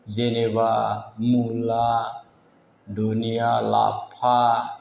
जेनेबा मुला दुनिया लाफा